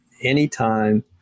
anytime